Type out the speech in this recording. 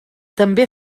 també